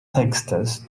textes